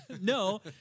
no